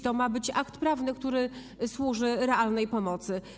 To ma być akt prawny, który ma służyć realnej pomocy.